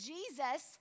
Jesus